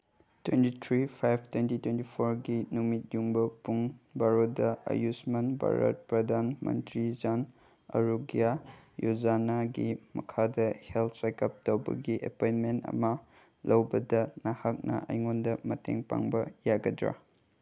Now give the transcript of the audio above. twenty three five twenty twenty ꯐꯣꯔꯒꯤ ꯅꯨꯃꯤꯠꯌꯨꯡꯕ ꯄꯨꯡ ꯕꯥꯔꯣꯗ ꯑꯌꯨꯁꯃꯥꯟ ꯚꯥꯔꯠ ꯄ꯭ꯔꯙꯥꯟ ꯃꯟꯇ꯭ꯔꯤ ꯖꯥꯟ ꯑꯔꯣꯒ꯭ꯌꯥ ꯌꯣꯖꯥꯅꯥꯒꯤ ꯃꯈꯥꯗ ꯍꯦꯜꯠ ꯆꯦꯀꯞ ꯇꯧꯕꯒꯤ ꯑꯦꯄꯣꯏꯟꯃꯦꯟ ꯑꯃ ꯂꯧꯕꯗ ꯅꯍꯥꯛꯅ ꯑꯩꯉꯣꯟꯗ ꯃꯇꯦꯡ ꯄꯥꯡꯕ ꯌꯥꯒꯗ꯭ꯔꯥ